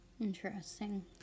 interesting